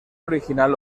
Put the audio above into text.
original